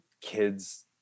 Kids